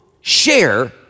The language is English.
share